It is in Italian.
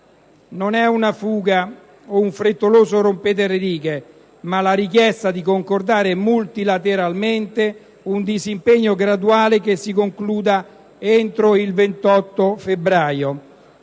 non è una fuga o un frettoloso rompete le righe, ma la richiesta di concordare multilateralmente un disimpegno graduale che si concluda entro il 28 febbraio.